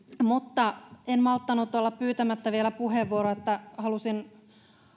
mutta en malttanut olla pyytämättä vielä puheenvuoroa halusin